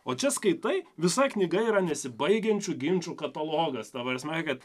o čia skaitai visa knyga yra nesibaigiančių ginčų katalogas ta prasme kad